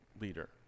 leader